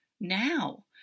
now